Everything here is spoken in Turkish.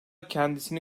kendisini